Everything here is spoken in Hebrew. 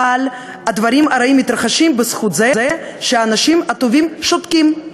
אבל הדברים הרעים מתרחשים בזכות זה שהאנשים הטובים שותקים,